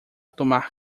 tomar